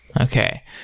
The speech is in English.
Okay